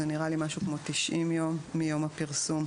זה נראה לי כ-90 יום מיום הפרסום.